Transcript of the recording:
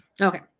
okay